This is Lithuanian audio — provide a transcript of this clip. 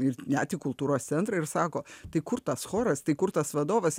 ir net į kultūros centrą ir sako tai kur tas choras tai kur tas vadovas